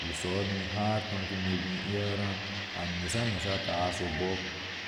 ishohono har tonki ime bin iya rram a yisha nasar a hasho obok